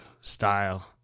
style